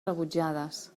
rebutjades